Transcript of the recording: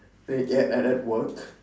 y~ yeah at at work